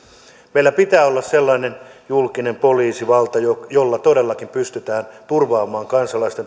meillä pitää olla sellainen julkinen poliisivalta jolla jolla todellakin pystytään turvaamaan kansalaisten